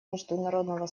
международного